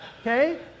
Okay